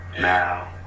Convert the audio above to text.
Now